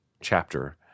chapter